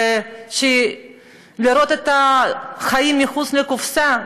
לראות את החיים מחוץ לקופסה,